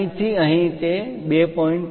અહીંથી અહીં તે 2